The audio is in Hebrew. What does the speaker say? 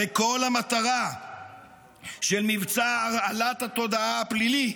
הרי כל המטרה של מבצע הרעלת התודעה הפלילי,